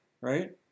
right